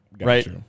Right